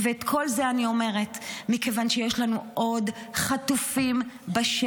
ואת כל זה אני אומרת מכיוון שיש לנו עוד חטופים בשבי.